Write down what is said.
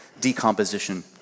decomposition